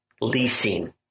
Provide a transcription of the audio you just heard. leasing